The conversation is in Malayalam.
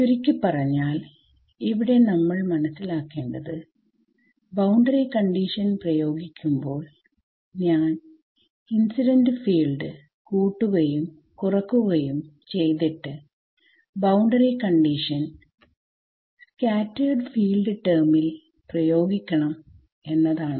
ചുരുക്കി പറഞ്ഞാൽ ഇവിടെ നമ്മൾ മനസ്സിലേക്കേണ്ടത്ബൌണ്ടറി കണ്ടിഷൻ പ്രയോഗിക്കുമ്പോൾ ഞാൻ ഇൻസിഡന്റ് ഫീൽഡ് കൂട്ടുകയും കുറക്കുകയും ചെയ്തിട്ട് ബൌണ്ടറി കണ്ടിഷൻ സ്കാറ്റെർഡ് ഫീൽഡ് ടെർമിൽ പ്രയോഗിക്കണം എന്നതാണ്